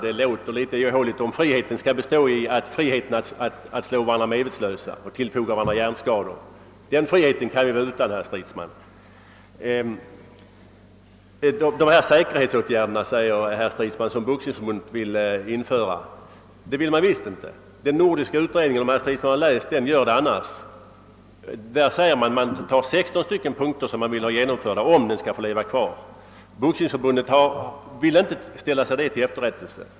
Det låter litet ihåligt, om friheten skall bestå i friheten att slå varandra medvetslösa och tillfoga varandra hjärnskador. Den friheten kan vi vara utan, herr Stridsman. Herr Stridsman talar om de säkerhetsåtgärder som Boxningsförbundet vill införa. Det vill man visst inte! Om herr Stridsman inte redan har läst iden nordiska utredningen, bör han göra det. Där anföres 16 punkter som man vill ha genomförda, om boxningen skall få fortsätta. Boxningsförbundet vill inte acceptera dessa punkter.